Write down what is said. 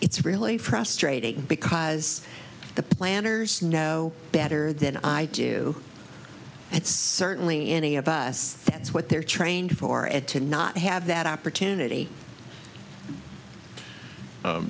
it's really frustrating because the planners know better than i do it's certainly any of us that's what they're trained for and to not have that opportunity